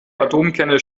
atomkerne